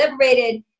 liberated